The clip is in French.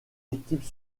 équipes